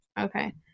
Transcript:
Okay